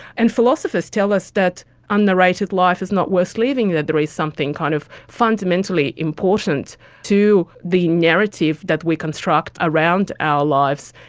and philosophers tell us that un-narrated life is not worth living, that there is something kind of fundamentally important to the narrative that we construct around our lives,